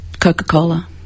Coca-Cola